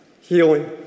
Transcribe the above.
healing